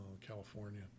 California